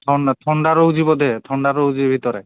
ଥଣ୍ଡା ଥଣ୍ଡା ରହୁଛି ବୋଧେ ଥଣ୍ଡା ରହୁଛି ଭିତରେ